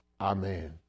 Amen